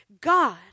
God